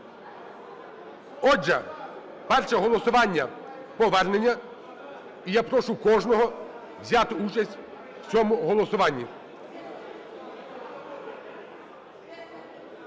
Отже, перше голосування – повернення. І я прошу кожного взяти участь в цьому голосуванні.